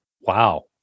Wow